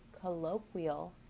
colloquial